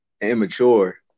immature